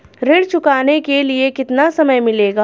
ऋण चुकाने के लिए कितना समय मिलेगा?